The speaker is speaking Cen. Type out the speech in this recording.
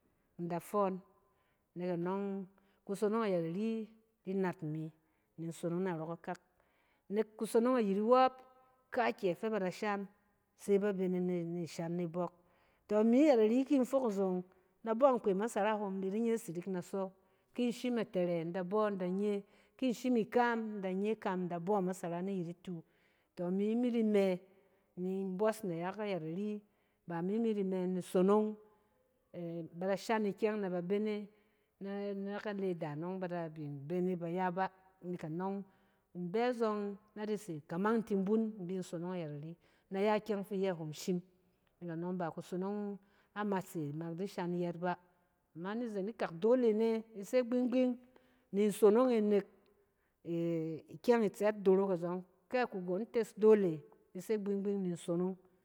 Da fↄↄn. Nek anↄng, kusonong ayɛt ari di nat imi nin sonong narↄ kakak. Nek kusonong ayit iwↄp, kaakyɛ fɛ ba da shan, se ba bene nɛ ni shan nibↄk, tↄ imi ayɛt ari kin tsin fok nzong, in da bↄ nkpe a masara hom in da di nye sirik in da sↄ. Kin shim a tɛrɛ in da bↄ in da nye, kin shim ikam in da nye ikam, in da bↄ masara nay it itu. ↄ imi mi di mɛ nin bↄs nayak ayɛt ari ba mi mi di mɛ nin sonong ɛ-ba da shan ikyɛng nɛ ba bene nɛ na ka leda nↄng ba da bin bene bay a ba. Nek anↄng in bɛ zↄng na di se kamang in tin bun in bin sonong ayɛt ari nay a kyɛng fi iyɛ hom shim. Nek aↄng ba kusonong amatse mak di shan yɛɛt ba. Ama nizen ikak dole ne, isɛ gbing gbing ni in sonong e nek e-ikyɛng itsɛt dorok azↄng, kɛ a kugon tes dole ise gbing-gbing ni in sonong.